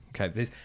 Okay